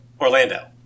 Orlando